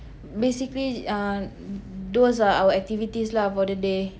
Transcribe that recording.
basically uh those are our activities lah for the day